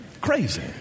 crazy